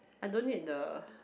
I don't need the